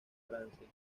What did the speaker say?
francia